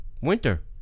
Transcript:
winter